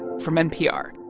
from npr